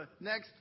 next